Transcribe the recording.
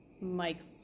Mike's